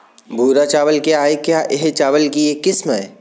भूरा चावल क्या है? क्या यह चावल की एक किस्म है?